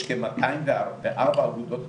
יש כמאתיים וארבע אגודות קטנות,